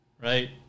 right